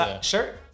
shirt